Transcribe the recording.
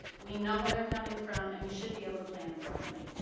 we know where they're coming from and we should be able to plan accordingly.